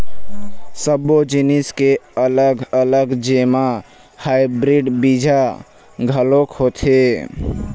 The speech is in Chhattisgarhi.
सब्बो जिनिस के अलग अलग जेमा हाइब्रिड बीजा घलोक होथे